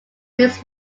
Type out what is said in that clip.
his